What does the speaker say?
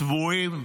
צבועים.